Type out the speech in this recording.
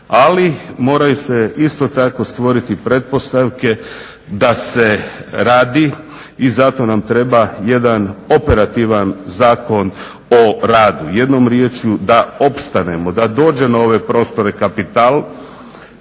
Ali moraju se isto tako stvoriti pretpostavke da se radi i zato nam treba jedan operativan zakon o radu, jednom riječju da opstanemo da dođe na ove prostore kapital.